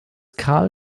karl